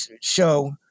show